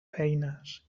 feines